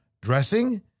dressing